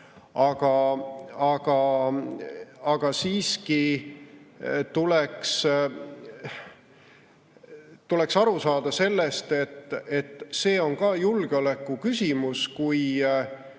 Aga siiski tuleks aru saada sellest, et see on ka julgeolekuküsimus, kui